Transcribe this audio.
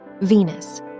Venus